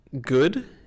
good